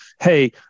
hey